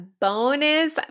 bonus